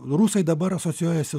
rusai dabar asocijuojasi